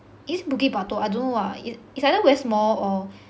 is it bukit batok I don't know ah it's either west mall or